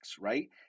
right